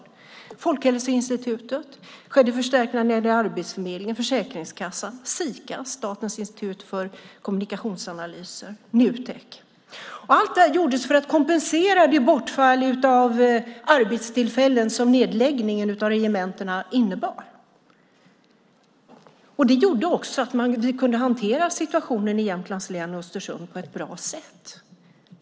Det var Folkhälsoinstitutet, det skedde förstärkningar för Arbetsförmedlingen och Försäkringskassan, Sika, Statens institut för kommunikationsanalys, Nutek. Allt detta gjordes för att kompensera det bortfall av arbetstillfällen som nedläggningen av regementena innebar. Det gjorde också att vi kunde hantera situationen i Jämtlands län och Östersund på ett bra sätt.